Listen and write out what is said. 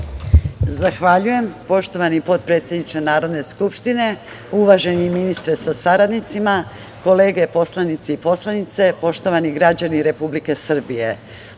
Zahvaljujem. Poštovani potpredsedniče Narodne skupštine, uvaženi ministre sa saradnicima, kolege poslanici i poslanice, poštovani građani Republike Srbije,